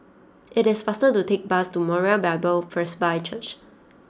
it is faster to take the bus to Moriah Bible First by Church